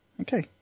Okay